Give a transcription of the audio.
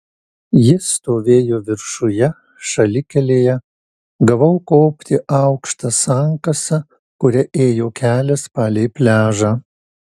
jis stovėjo viršuje šalikelėje gavau kopti aukšta sankasa kuria ėjo kelias palei pliažą